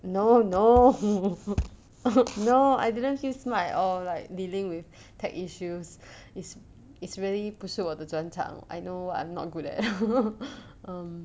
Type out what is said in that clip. no no no I didn't feel smart at all like dealing with tech issues is is really 不是我的专长 I know what I'm not good at um